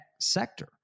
sector